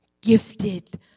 gifted